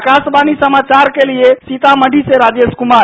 आकाशवाणी समाचार के लिए सीतामढी से राजेश कुमार